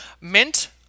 mint